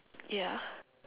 ya